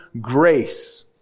grace